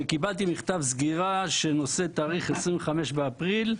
קיבלתי מכתב סגירה שנושא את התאריך 25 באפריל.